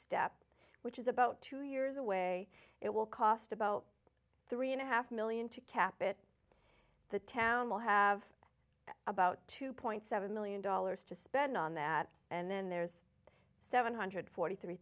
step which is about two years away it will cost about three and a half million to kaput the town will have about two point seven million dollars to spend on that and then there's seven hundred forty three